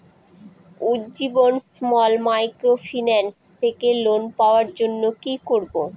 Ujjivan small microfinance থেকে loan পাওয়ার জন্য কি করব?